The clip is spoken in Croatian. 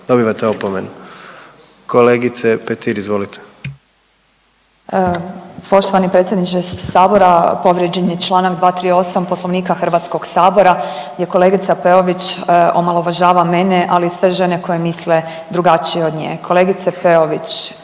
Dobivate opomenu. Kolegice Petir, izvolite. **Petir, Marijana (Nezavisni)** Poštovani predsjedniče Sabora povrijeđen je članak 238. Poslovnika Hrvatskog sabora, gdje kolegica Peović omalovažava mene ali i sve žene koje misle drugačije od nje. Kolegice Peović